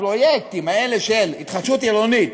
שבפרויקטים האלה של התחדשות עירונית